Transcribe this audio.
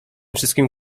wszystkim